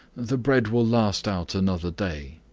the bread will last out another day.